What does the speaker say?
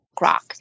rock